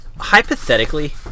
Hypothetically